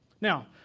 Now